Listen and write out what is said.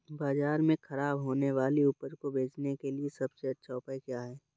बाज़ार में खराब होने वाली उपज को बेचने के लिए सबसे अच्छा उपाय क्या हैं?